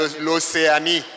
l'Océanie